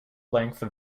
length